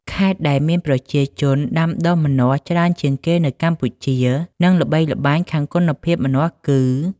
ខេត្តដែលមានប្រជាជនដាំដុះម្នាស់ច្រើនជាងគេនៅកម្ពុជា និងល្បីល្បាញខាងគុណភាពម្នាស់ គឺ៖